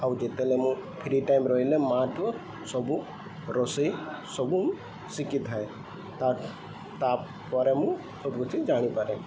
ଆଉ ଯେତେବେଲେ ମୁଁ ଫ୍ରି ଟାଇମ ରହିଲେ ମା' ଠୁ ସବୁ ରୋଷେଇ ସବୁ ମୁଁ ଶିଖିଥାଏ ତା ତାପରେ ମୁଁ ସବୁ କିଛି ଜାଣିପାରେ